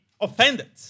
offended